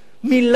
מלה,